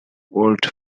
world